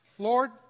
Lord